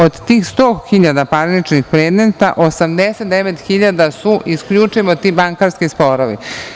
Od tih sto hiljada parničnih predmeta, 89 hiljada su isključivo ti bankarski sporovi.